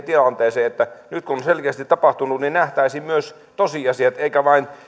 tilanteeseen että nyt kun selkeästi on tapahtunut nähtäisiin myös tosiasiat eikä vain